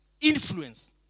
influence